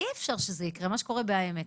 מה שקורה בבית חולים העמק,